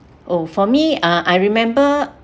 oh for me ah I remember